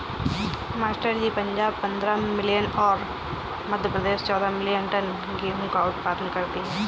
master ji Punjab पंद्रह million और मध्य प्रदेश चौदह मिलीयन टन गेहूं का उत्पादन करती है